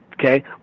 okay